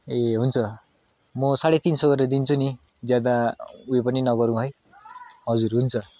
ए हुन्छ म साढे तिन सय गरेर दिन्छु नि ज्यादा उयो पनि नगरौँ है हजुर हुन्छ